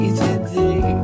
today